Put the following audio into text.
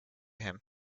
him